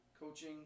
coaching